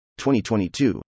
2022